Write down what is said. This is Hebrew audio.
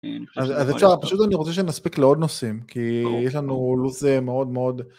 פשוט אני רוצה שנספיק לעוד נושאים, כי יש לנו לו"ז מאוד מאוד